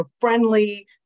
friendly